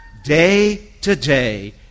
day-to-day